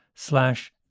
Slash